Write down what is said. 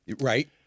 Right